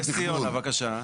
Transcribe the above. כן, נס ציונה, בבקשה.